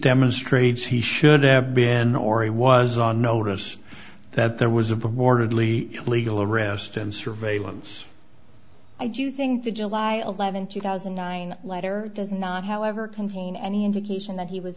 demonstrates he should have been or he was on notice that there was a big wardley illegal arrest and surveillance i do think the july eleventh two thousand and nine letter does not however contain any indication that he was